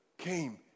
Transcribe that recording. came